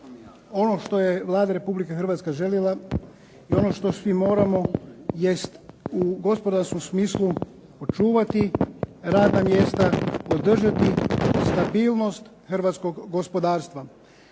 ono što je Vlada Republike Hrvatske želila i ono što svi moramo jest u gospodarskom smislu očuvati radna mjesta, održati stabilnost hrvatskog gospodarstva.